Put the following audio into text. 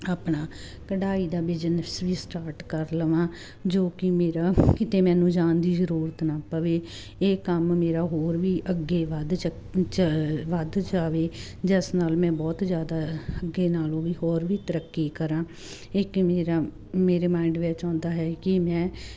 ਆਪਣਾ ਕਢਾਈ ਦਾ ਬਿਜਨਸ ਵੀ ਸਟਾਰਟ ਕਰ ਲਵਾਂ ਜੋ ਕਿ ਮੇਰਾ ਕਿਤੇ ਮੈਨੂੰ ਜਾਣ ਦੀ ਜਰੂਰਤ ਨਾ ਪਵੇ ਇਹ ਕੰਮ ਮੇਰਾ ਹੋਰ ਵੀ ਅੱਗੇ ਵੱਧ ਜਾਵੇ ਜਿਸ ਨਾਲ ਮੈਂ ਬਹੁਤ ਜਿਆਦਾ ਅੱਗੇ ਨਾਲੋਂ ਵੀ ਹੋਰ ਵੀ ਤਰੱਕੀ ਕਰਾਂ ਇਕ ਮੇਰਾ ਮੇਰੇ ਮਾਇੰਡ ਵਿੱਚ ਆਉਂਦਾ ਹੈ ਕਿ ਮੈਂ